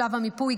שלב המיפוי,